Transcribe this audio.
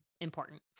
important